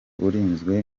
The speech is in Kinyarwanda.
urinzwe